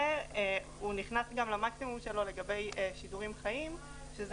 והוא נכנס גם למקסימום שלו לגבי שידורים חיים שזה